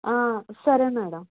సరే మ్యాడం